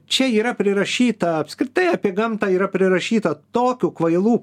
čia yra prirašyta apskritai apie gamtą yra prirašyta tokių kvailų